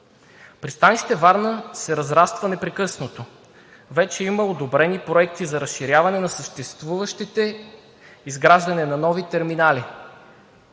Пристанище „Варна“ се разраства непрекъснато. Вече има одобрени проекти за разширяване на съществуващите и изграждане на нови терминали.